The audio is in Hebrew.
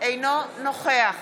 אינו נוכח